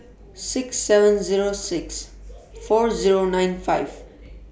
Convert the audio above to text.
six seven Zero six four Zero nine five